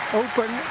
open